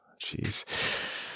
Jeez